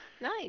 Nice